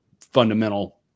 fundamental